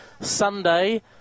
Sunday